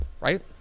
Right